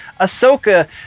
Ahsoka